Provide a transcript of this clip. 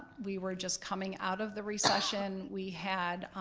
we were just coming out of the recession. we had,